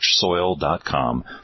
richsoil.com